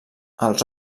els